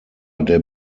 der